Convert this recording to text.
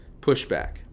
pushback